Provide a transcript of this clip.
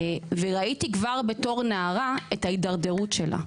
וראיתי כבר בתור נערה את ההידרדרות שלה.